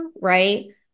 right